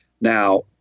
Now